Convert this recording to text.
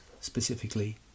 specifically